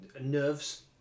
Nerves